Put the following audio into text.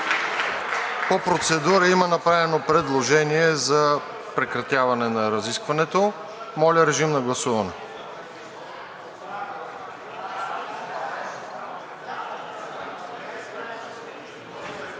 По процедура има направено предложение за прекратяване на разискването. Моля, режим на гласуване.